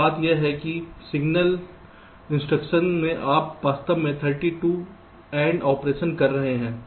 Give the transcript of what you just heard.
अब बात यह है कि सिंगल इंस्ट्रक्शन में आप वास्तव में 32 AND ऑपरेशन कर रहे हैं